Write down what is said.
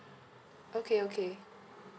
okay okay